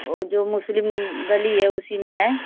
वो जो मुस्लिम गली है उसी में है